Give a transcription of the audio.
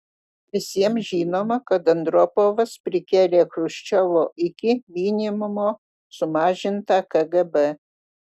visiems žinoma kad andropovas prikėlė chruščiovo iki minimumo sumažintą kgb